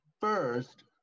first